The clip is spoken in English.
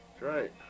right